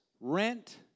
rent